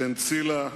בן צילה,